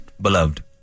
beloved